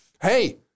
hey